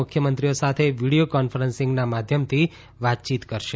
મુખ્યમંત્રીઓ સાથે વીડિયો કોન્ફરન્સીંગના માધ્યમથી વાતચીત કરશે